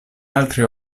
altri